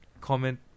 comment